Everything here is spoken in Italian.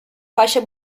fascia